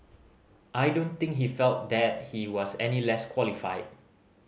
I don't think he felt that he was any less qualified